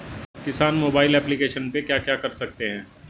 किसान mobile application पे क्या क्या कर सकते हैं?